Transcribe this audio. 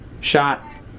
shot